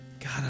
God